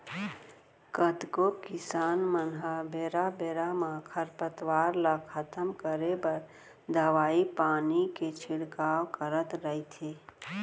कतको किसान मन ह बेरा बेरा म खरपतवार ल खतम करे बर दवई पानी के छिड़काव करत रइथे